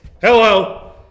Hello